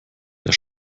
der